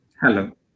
hello